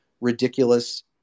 ridiculous